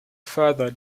further